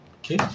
okay